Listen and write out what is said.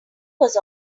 was